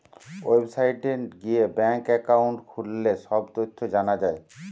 ওয়েবসাইটে গিয়ে bank account খুললে সব তথ্য জানা যায়